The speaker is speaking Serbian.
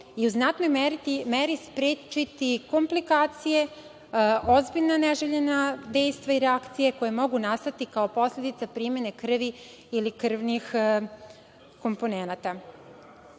i u znatnoj meri sprečiti komplikacije, ozbiljna neželjena dejstva i reakcije koje mogu nastati kao posledica primene krvi ili krvnih komponenata. Ono